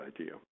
idea